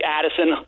Addison –